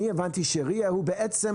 אני הבנתי ש-RIA הוא בעצם,